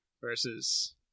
versus